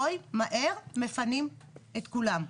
בואי מהר, מפנים את כולם.